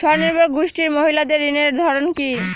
স্বনির্ভর গোষ্ঠীর মহিলাদের ঋণের ধরন কি?